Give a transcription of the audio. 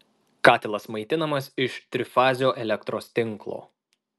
katilas maitinamas iš trifazio elektros tinklo